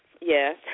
yes